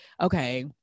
okay